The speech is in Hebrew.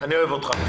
אני אוהב אותך.